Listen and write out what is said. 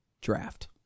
draft